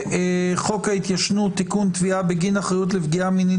בחוק ההתיישנות (תיקון תביעה בגין אחרות לפגיעה מינית